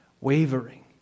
Wavering